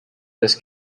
this